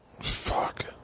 fuck